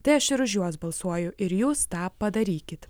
tai aš ir už juos balsuoju ir jūs tą padarykit